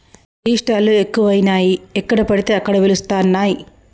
tea stall లు ఎక్కువయినాయి ఎక్కడ పడితే అక్కడ వెలుస్తానయ్